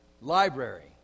library